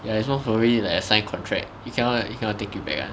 ya it's most probably like sign contract you cannot you cannot take it back [one]